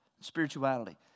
spirituality